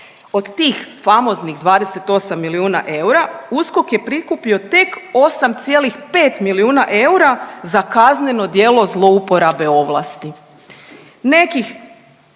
od tih famoznih 28 milijuna eura USKOK je prikupio tek 8,5 milijuna eura za kazneno djelo zlouporabe ovlasti.